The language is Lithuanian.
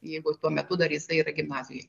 jeigu tuo metu dar jisai yra gimnazijoj